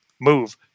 move